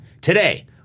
today